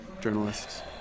journalists